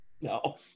No